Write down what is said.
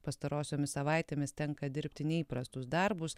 pastarosiomis savaitėmis tenka dirbti neįprastus darbus